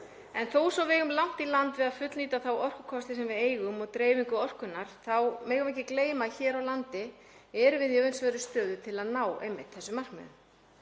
En þó svo að við eigum langt í land við að fullnýta þá orkukosti sem við eigum og dreifingu orkunnar þá megum við ekki gleyma að hér á landi erum við í öfundsverðri stöðu til að ná einmitt þessum markmiðum.